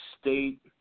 State